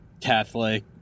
Catholic